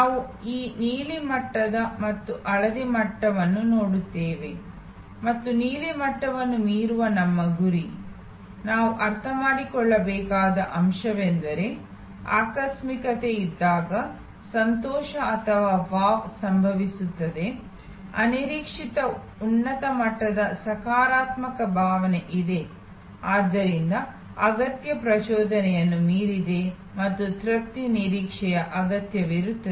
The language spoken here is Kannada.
ನಾವು ಆ ನೀಲಿ ಮಟ್ಟ ಮತ್ತು ಹಳದಿ ಮಟ್ಟವನ್ನು ನೋಡುತ್ತೇವೆ ಮತ್ತು ನೀಲಿ ಮಟ್ಟವನ್ನು ಮೀರುವ ನಮ್ಮ ಗುರಿ ನಾವು ಅರ್ಥಮಾಡಿಕೊಳ್ಳಬೇಕಾದ ಅಂಶವೆಂದರೆ ಆಕಸ್ಮಿಕತೆ ಇದ್ದಾಗ ಸಂತೋಷ ಅಥವಾ ಸಂತೃಪ್ತಿ WOW ಸಂಭವಿಸುತ್ತದೆ ಅನಿರೀಕ್ಷಿತ ಉನ್ನತ ಮಟ್ಟದ ಸಕಾರಾತ್ಮಕ ಭಾವನೆ ಇದೆ ಆದ್ದರಿಂದ ಅಗತ್ಯ ಪ್ರಚೋದನೆಯನ್ನು ಮೀರಿದೆ ಮತ್ತು ತೃಪ್ತಿ ನಿರೀಕ್ಷೆಯ ಅಗತ್ಯವಿರುತ್ತದೆ